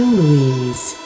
Louise